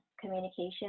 communication